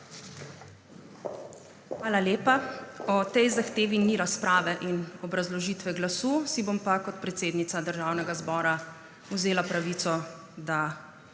Hvala lepa. O tej zahtevi ni razprave in obrazložitve glasu, si bom pa kot predsednica Državnega zbora vzela pravico, da